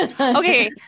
Okay